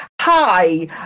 Hi